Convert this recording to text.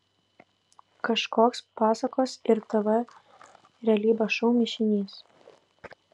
kažkoks pasakos ir tv realybės šou mišinys